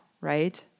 right